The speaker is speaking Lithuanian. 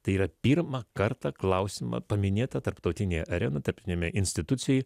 tai yra pirmą kartą klausimą paminėta tarptautinė arenoj tarpiniame institucijoj